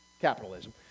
capitalism